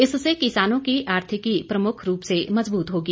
इससे किसानों की आर्थिकी प्रमुख रूप से मजबूत होगी